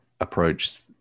approach